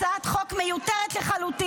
שהיא הצעת חוק מיותרת לחלוטין,